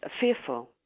fearful